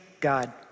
God